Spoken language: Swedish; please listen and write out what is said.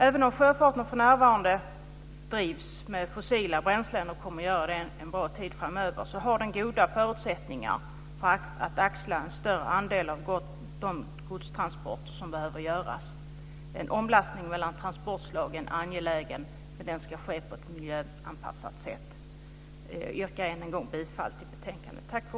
Även om sjöfarten för närvarande drivs med fossila bränslen och kommer att göra det ett tag framöver så har den goda förutsättningar för att axla en större andel av de godstransporter som behöver göras. En omlastning mellan transportslagen är angelägen, men den ska ske på ett miljöanpassat sätt. Jag yrkar än en gång bifall till hemställan i betänkandet.